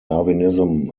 darwinism